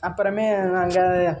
அப்புறமே நாங்கள்